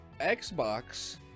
Xbox